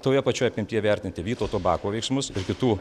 toje pačioje apimtyje vertinti vytauto bako veiksmus ir kitų